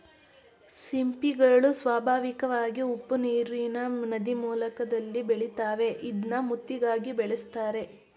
ಸಿಂಪಿಗಳು ಸ್ವಾಭಾವಿಕವಾಗಿ ಉಪ್ಪುನೀರಿನ ನದೀಮುಖದಲ್ಲಿ ಬೆಳಿತಾವೆ ಇದ್ನ ಮುತ್ತಿಗಾಗಿ ಬೆಳೆಸ್ತರೆ